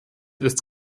ist